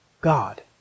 God